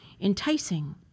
enticing